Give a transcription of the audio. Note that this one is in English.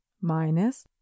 minus